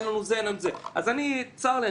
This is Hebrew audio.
צר לי,